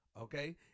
Okay